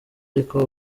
ariko